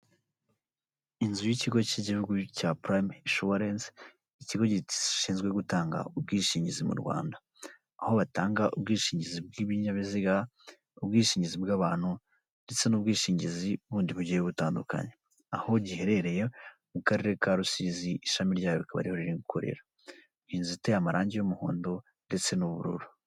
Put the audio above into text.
Inzu y' ikigo cy' gihugu cya purayimu inshuwarensi, ikigo gishinzwe gutanga ubwishingizi mu Rwanda. Aho batanga ubwishingizi bw' ibinyabiziga, ubwishingizi bw' abantu ndetse n'ubwishingizi bundi bugiye butandukanye. Aho giherereye mu karere ka Rusizi ishami ryayo ikaba ariho rikorera. Inzu iteyeye amarangi y'umuhondo ndetse n'ubururu.